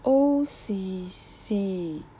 O_C_C